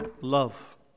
love